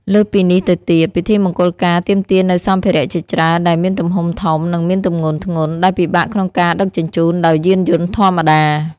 លើសពីនេះទៅទៀត ពិធីមង្គលការទាមទារនូវសម្ភារៈជាច្រើនដែលមានទំហំធំនិងមានទម្ងន់ធ្ងន់ដែលពិបាកក្នុងការដឹកជញ្ជូនដោយយានយន្តធម្មតា។